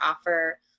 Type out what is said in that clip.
offer